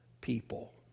people